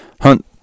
hunt